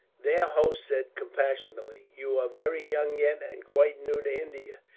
their host said compassionately, you are very young yet, and quite new to india.